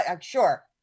Sure